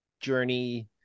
journey